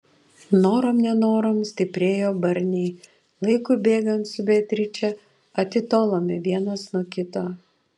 norom nenorom stiprėjo barniai laikui bėgant su beatriče atitolome vienas nuo kito